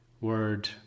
word